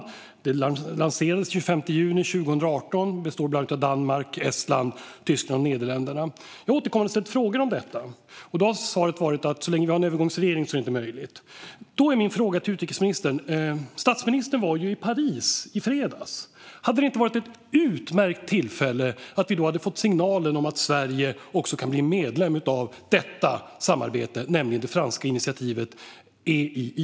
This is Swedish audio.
Det lanserades den 25 juni 2018 och består bland annat av Danmark, Estland, Tyskland och Nederländerna. Jag har återkommande ställt frågor om detta. Då har svaret varit att så länge vi har en övergångsregering är det inte möjligt att gå med. Då är min fråga till utrikesministern: Statsministern var ju i Paris i fredags. Hade det inte varit ett utmärkt tillfälle för en signal om att också Sverige kan bli medlem av detta samarbete, det franska initiativet EII?